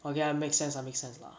okay ah makes senses lah make senses lah